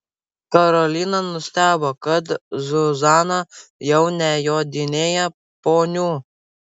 karolina nustebo kad zuzana jau nejodinėja poniu